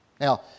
Now